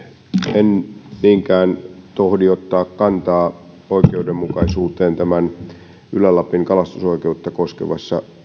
en niinkään tohdi ottaa kantaa oikeudenmukaisuuteen ylä lapin kalastusoikeutta koskevassa